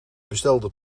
bestelde